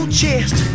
chest